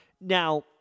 Now